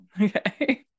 Okay